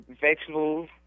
vegetables